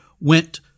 went